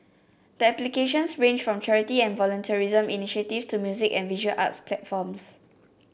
the applications ranged from charity and volunteerism initiatives to music and visual arts platforms